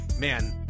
man